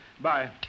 Bye